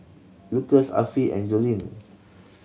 Lucas Affie and Joline